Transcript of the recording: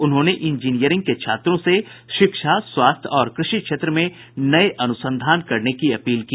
उन्होंने इंजीनियरिंग के छात्रों से शिक्षा स्वास्थ्य और कृषि क्षेत्र में नये अनुसंधान करने की अपील की